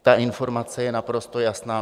Ta informace je naprosto jasná.